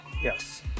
Yes